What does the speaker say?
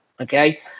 Okay